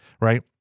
right